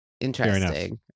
interesting